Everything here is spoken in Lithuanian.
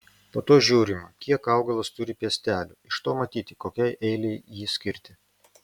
po to žiūrima kiek augalas turi piestelių iš to matyti kokiai eilei jį skirti